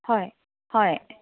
হয় হয়